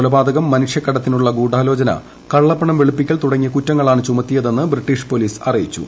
കൊലപാതകം മനുഷ്യക്കടത്തിനുള്ള ഗൂഢാലോചന കള്ളപ്പണം വെളുപ്പിക്കൽ തുടങ്ങിയ കുറ്റങ്ങളാണ് ചുമത്തിയതെന്ന് ബ്രിട്ടീഷ് പൊലീസ് അറിയിച്ചു